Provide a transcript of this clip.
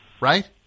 right